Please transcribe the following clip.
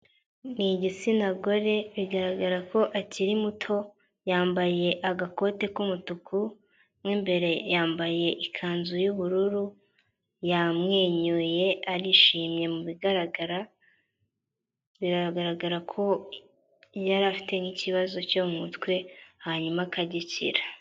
Ni igitsina gore bigaragara ko akiri muto yambaye agakote k’umutuku, m’ imbere yambaye ikanzu y’ ubururu yamwenyuye arishimye mu bigaragara, biragaragara ko yari afite nk'ikibazo cyo mu mutwe hanyuma akagikira.